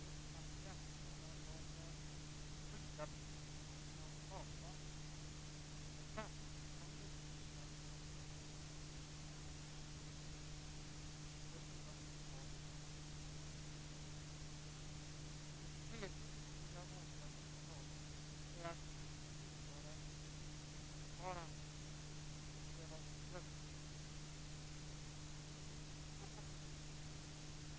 Eller tänker Lars-Erik Lövdén och Lennart Nilsson fortsätta att sitta fast i väggen tillsammans med Owe Hellberg, Fru talman! Den andra punkten jag vill ta upp är en rättvisare beskattning mellan besittningsformerna. Den är i dag helt orimlig. Vissa bostäder, som egnahem särskilt i attraktiva sjölägen, beskattas till den grad att många, särskilt äldre, inte har råd att bo kvar medan en bostadsrätt i motsvarande läge eller i centrala innerstadslägen knappast beskattas alls i jämförelse med en villa. Det gör att bostadsrättspriserna rakar i höjden så att vanligt folk inte har råd att bo i den boendeformen. Det är synd, för det missgynnar det kooperativa ägandet, som har många förtjänster. Hyresrätten dubbelbeskattas däremot i dag.